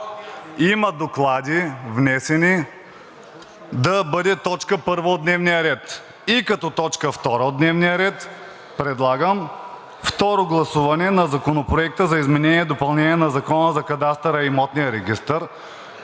доклади да бъде точка първа от дневния ред. Като точка втора от дневния ред предлагам второ гласуване на Законопроекта за изменение и допълнение на Закона за кадастъра и имотния регистър,